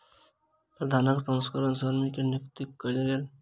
धानक प्रसंस्करणक श्रमिक के नियुक्ति कयल गेल